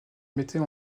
mettait